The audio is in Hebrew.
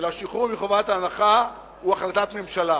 אלא שחרור מחובת ההנחה הוא החלטת ממשלה,